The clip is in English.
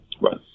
Right